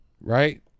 Right